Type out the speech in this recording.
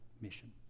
Mission